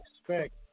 expect